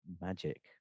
magic